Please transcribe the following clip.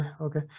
Okay